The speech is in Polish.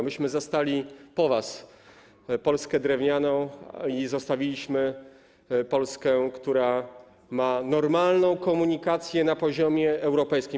Myśmy zastali po was Polskę drewnianą, a zostawiliśmy Polskę, która ma normalną komunikację na poziomie europejskim.